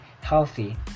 healthy